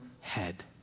head